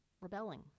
rebelling